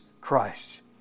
Christ